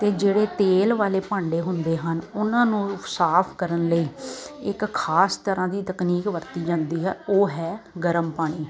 ਅਤੇ ਜਿਹੜੇ ਤੇਲ ਵਾਲੇ ਭਾਂਡੇ ਹੁੰਦੇ ਹਨ ਉਹਨਾਂ ਨੂੰ ਸਾਫ ਕਰਨ ਲਈ ਇੱਕ ਖਾਸ ਤਰ੍ਹਾਂ ਦੀ ਤਕਨੀਕ ਵਰਤੀ ਜਾਂਦੀ ਹੈ ਉਹ ਹੈ ਗਰਮ ਪਾਣੀ